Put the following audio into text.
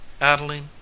Adeline